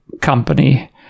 company